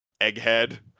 Egghead